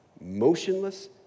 motionless